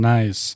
Nice